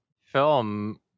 film